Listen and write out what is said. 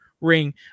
ring